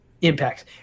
impacts